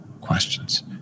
questions